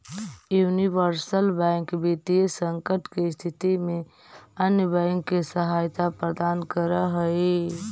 universal bank वित्तीय संकट के स्थिति में अन्य बैंक के सहायता प्रदान करऽ हइ